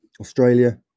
Australia